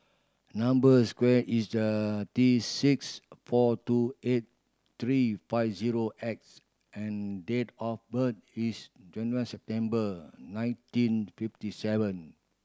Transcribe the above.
number square is a T six four two eight three five zero X and date of birth is twenty one September nineteen fifty seven